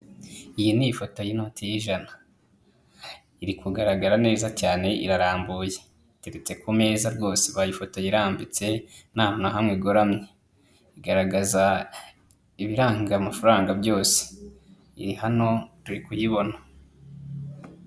Iyi ni ifoto y'inoti y'ijana, iri kugaragara neza cyane irarambuye, iteretse ku meza rwose bayifoto irambitse nta na hamwe igoramye, igaragaza ibiranga mafaranga byose, iri hano turi kuyibona.